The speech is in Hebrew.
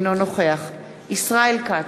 אינו נוכח ישראל כץ,